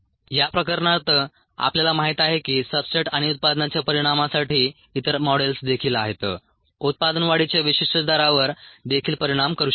या प्रकरणात आपल्याला माहित आहे की सब्सट्रेट आणि उत्पादनाच्या परिणामासाठी इतर मॉडेल्स देखील आहेत उत्पादन वाढीच्या विशिष्ट दरावर देखील परिणाम करू शकते